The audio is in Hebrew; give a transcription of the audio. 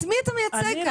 את מי אתה מייצג כאן?